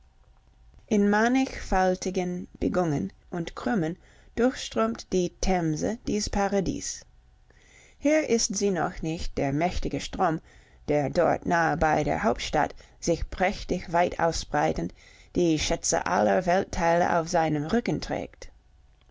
in mannigfaltigen biegungen und krümmen durchströmt die themse dies paradies hier ist sie noch nicht der mächtige strom der dort nahe bei der hauptstadt sich prächtig weit ausbreitend die schätze aller weltteile auf seinem rücken trägt